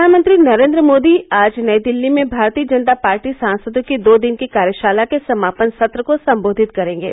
प्रधानमंत्री नरेंद्र मोदी आज नई दिल्ली में भारतीय जनता पार्टी सांसदों की दो दिन की कार्यशाला के समापन सत्र को संबोधित करेंगे